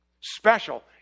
Special